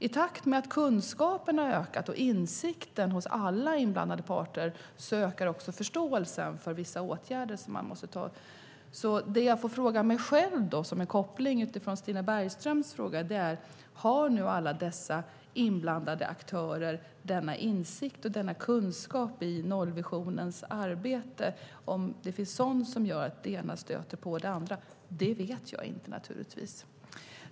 I takt med att kunskaperna har ökat och insikten hos alla inblandade parter ökar också förståelsen för vissa åtgärder som man måste vidta. Det jag måste fråga mig själv utifrån kopplingen till Stina Bergströms fråga är: Har nu alla dessa inblandade aktörer denna insikt och kunskap i nollvisionens arbete? Och finns det sådant där det ena stöter på det andra? Det vet jag naturligtvis inte.